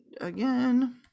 again